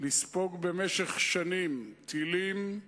לספוג במשך שנים טילים, ירי,